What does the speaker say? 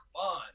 fun